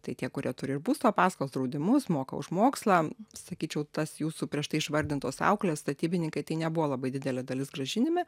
tai tie kurie turi ir būsto paskolas draudimus moka už mokslą sakyčiau tas jūsų prieš tai išvardintos auklės statybininkai tai nebuvo labai didelė dalis grąžinime